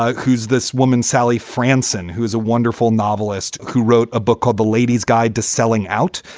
ah who's this woman, sally franson, who is a wonderful novelist who wrote a book called the lady's guide to selling out,